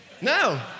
No